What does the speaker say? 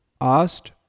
asked